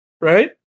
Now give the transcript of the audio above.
Right